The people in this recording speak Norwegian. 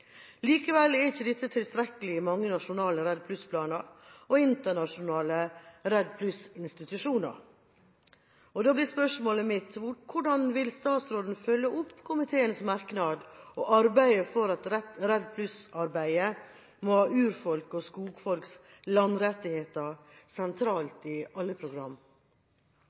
Likevel er ikke dette tilstrekkelig i mange nasjonale REDD+-planer og internasjonale REDD+-institusjoner. Da blir spørsmålet mitt: Hvordan vil statsråden følge opp komiteens merknad, og arbeide for at REDD+-arbeidet må ha urfolks og skogfolks landrettigheter sentralt i alle program?